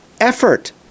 effort